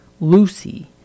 Lucy